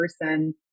person